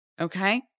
Okay